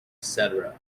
cetera